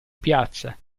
piazza